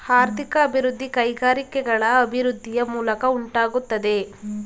ಆರ್ಥಿಕ ಅಭಿವೃದ್ಧಿ ಕೈಗಾರಿಕೆಗಳ ಅಭಿವೃದ್ಧಿಯ ಮೂಲಕ ಉಂಟಾಗುತ್ತದೆ